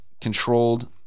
controlled